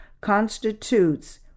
constitutes